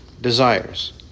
desires